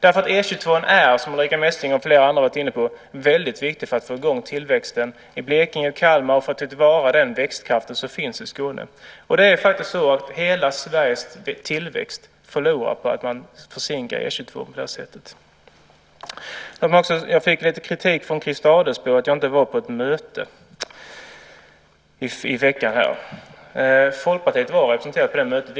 E 22:an är, som Ulrica Messing och flera andra har varit inne på, väldigt viktig för att få i gång tillväxten i Blekinge och Kalmar och för att ta till vara den växtkraft som finns i Skåne. Det är faktiskt så att hela Sveriges tillväxt förlorar på att man försinkar E 22 på det här sättet. Jag fick lite kritik från Christer Adelsbo för att jag inte var på ett möte i veckan. Folkpartiet var representerat på det mötet.